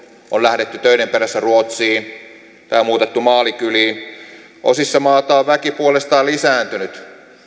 on lähdetty töiden perässä ruotsiin tai muutettu maalikyliin osissa maata on väki puolestaan lisääntynyt